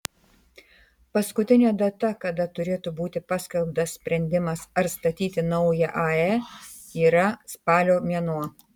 paskutinė data kada turėtų būti paskelbtas sprendimas ar statyti naują ae yra spalio mėnuo